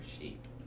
sheep